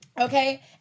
Okay